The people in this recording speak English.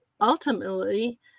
ultimately